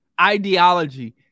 ideology